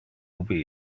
ubi